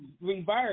reverse